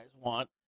want